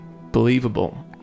believable